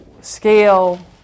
scale